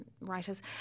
writers